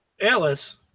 Alice